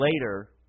later